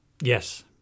Yes